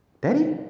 daddy